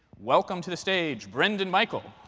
welcome to the stage, brendan-michael.